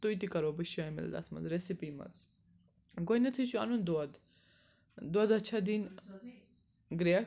تُہۍ تہِ کَرو بہٕ شٲمِل تَتھ منٛز ریٚسِپی منٛز گۄڈٕنیٚتھٕے چھُ اَنُن دۄدھ دۄدھَس چھِ دِنۍ گرٛیٚکھ